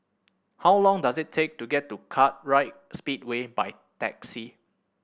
how long does it take to get to Kartright Speedway by taxi